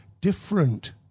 different